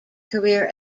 career